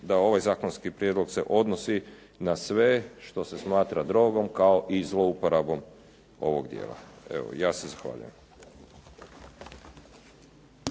da ovaj zakonski prijedlog se odnosi na sve što se smatra drogom kao i zlouporabom ovog dijela. Evo, ja se zahvaljujem.